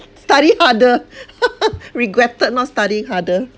study harder regretted not study harder